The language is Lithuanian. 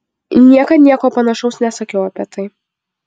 niekad nieko panašaus nesakiau apie tai